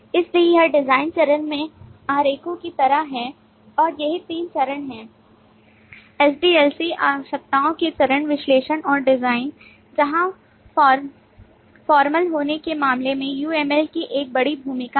इसलिए यह डिजाइन चरण में आरेखों की तरह है और यही 3 चरण हैं SDLC आवश्यकताओं के चरण विश्लेषण और डिज़ाइन जहां फॉर्मल होने के मामले में uml की एक बड़ी भूमिका है